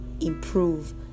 improve